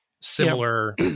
similar